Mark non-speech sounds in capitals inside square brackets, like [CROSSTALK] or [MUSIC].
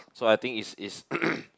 so I think is is [NOISE]